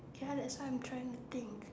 ya that's why I'm trying that thing